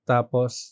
Tapos